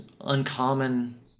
uncommon